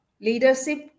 leadership